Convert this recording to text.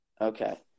Okay